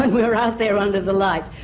and we're out there under the light.